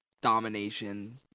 domination